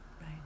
Right